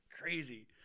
Crazy